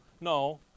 No